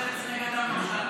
חברת הכנסת לסקי,